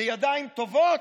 כידיים טובות,